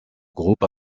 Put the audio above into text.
groupe